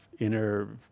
inner